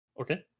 Okay